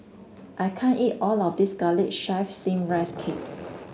I can't eat all of this garlic chives steam Rice Cake